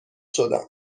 شدم